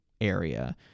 area